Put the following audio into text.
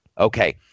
Okay